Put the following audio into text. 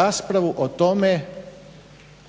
raspravu o tome